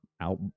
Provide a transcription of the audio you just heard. out